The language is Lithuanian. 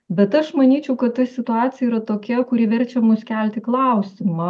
bet aš manyčiau kad ta situacija yra tokia kuri verčia mus kelti klausimą